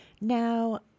Now